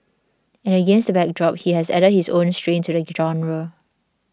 and against the backdrop he has added his own strain to the genre